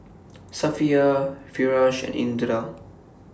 Safiya Firash and Indra